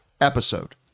episode